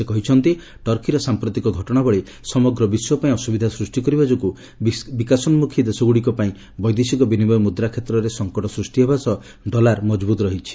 ସେ କହିଛନ୍ତି ଟର୍କିର ସାମ୍ପ୍ରତିକ ଘଟଣାବଳୀ ସମଗ୍ର ବିଶ୍ୱପାଇଁ ଅସୁବିଧା ସୃଷ୍ଟି କରିବା ଯୋଗୁଁ ବିକାଶୋନ୍କଖୀ ଦେଶଗୁଡ଼ିକପାଇଁ ବୈଦେଶିକ ବିନିମୟ ମୁଦ୍ରା କ୍ଷେତ୍ରରେ ସଙ୍କଟ ସୃଷ୍ଟି ହେବା ସହ ଡଲାର ମଜବୁତ୍ ରହିଛି